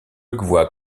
voit